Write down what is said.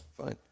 fine